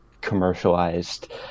commercialized